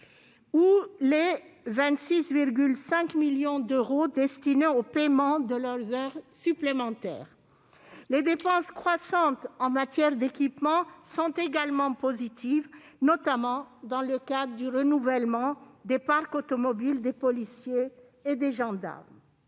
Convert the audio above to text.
ou les 26,5 millions d'euros destinés au paiement de leurs heures supplémentaires. Les dépenses croissantes en matière d'équipements sont également positives, notamment dans le cadre du renouvellement des parcs automobiles des policiers et gendarmes.